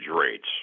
rates